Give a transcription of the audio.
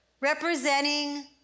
representing